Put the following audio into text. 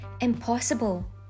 impossible